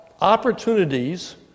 opportunities